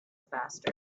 faster